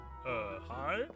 hi